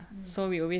mmhmm